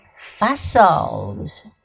fossils